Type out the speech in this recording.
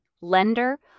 lender